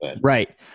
right